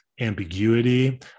ambiguity